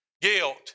Guilt